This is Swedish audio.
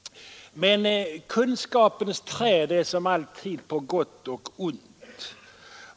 Men kunskapens träd är nu som alltid på gott och ont.